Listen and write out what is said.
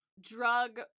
drug